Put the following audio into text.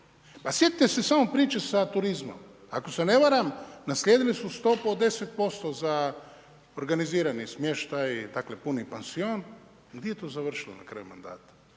Pa sjetite se samo priče sa turizmom. Ako se ne varam, naslijedili su stopu od 10% za organizirani smještaj, dakle puni pansion. Gdje je to završilo na kraju mandata?